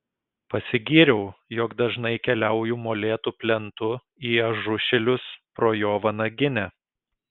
pasigyriau jog dažnai keliauju molėtų plentu į ažušilius pro jo vanaginę